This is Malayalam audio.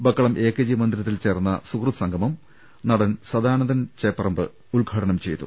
ബക്കളം എ കെ ജി മന്ദിരത്തിൽ ചേർന്ന സുഹൃദ്സം ഗമം നടൻ സദാനന്ദൻ ചേപ്പറമ്പ് ഉദ്ഘാടനം ചെയ്തു